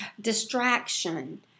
Distraction